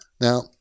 Now